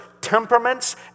temperaments